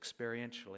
experientially